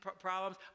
problems